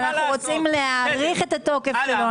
אנחנו רוצים להאריך את התוקף שלו.